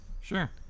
Sure